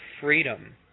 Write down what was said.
freedom